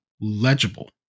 legible